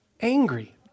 angry